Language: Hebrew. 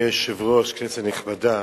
אדוני היושב-ראש, כנסת נכבדה,